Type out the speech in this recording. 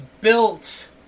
built